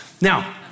Now